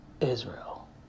Israel